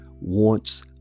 wants